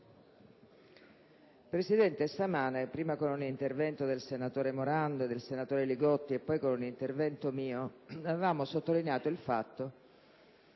Presidente, stamane, prima con un intervento del senatore Morando e del senatore Li Gotti e poi con un intervento mio, avevamo sottolineato che